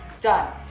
done